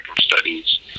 studies